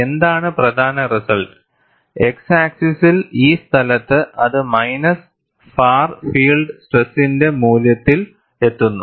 എന്താണ് പ്രധാന result x ആക്സിസ്സിൽ ഈ സ്ഥലത്ത് അത് മൈനസ് ഫാർ ഫീൽഡ് സ്ട്രെസ്സിന്റെ മൂല്യത്തിൽ എത്തുന്നു